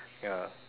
ya